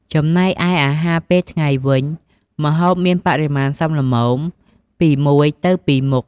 ចំណែកឯអាហារពេលថ្ងៃវិញ ម្ហូបមានបរិមាណសមល្មម ពី១ទៅ២ មុខ។